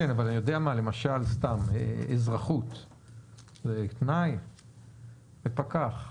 אבל למשל, סתם, אזרחות זה תנאי לפקח?